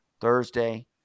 Thursday